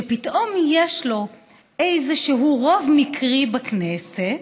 שפתאום יש לו איזשהו רוב מקרי בכנסת,